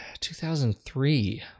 2003